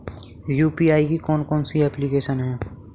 UPI की कौन कौन सी एप्लिकेशन हैं?